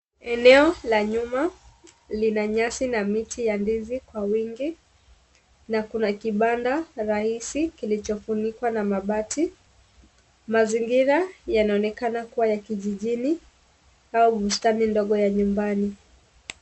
Eneo la nyuma lina nyasi na miti ya ndizi kwa wingi na kuna kibanda rahisi kilichofunikwa na mabati. Mazingira yanaonekana kuwa ya kijijini au bustani ndogo ya nyumbani.